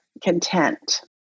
content